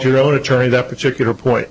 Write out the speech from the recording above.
your own attorney that particular point